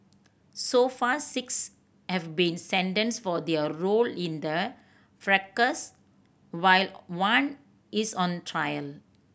so far six have been sentenced for their role in the fracas while one is on trial